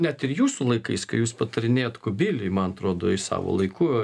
net ir jūsų laikais kai jūs patarinėjot kubiliui man atrodo jis savo laiku